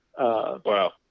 Wow